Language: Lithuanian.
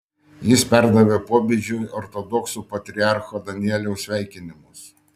jis perdavė popiežiui ortodoksų patriarcho danieliaus sveikinimus